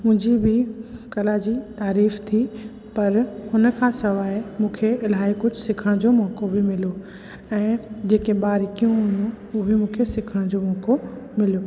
मुंहिंजी बि कला जी तारीफ़ थी पर हुन खां सवाइ मूंखे इलाही कुझु सिखण जो मौक़ो बि मिलियो ऐं जेके बारिक़ियूं हुयूं उहे बि मूंखे सिखण जो मौक़ो मिलियो